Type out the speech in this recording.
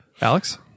Alex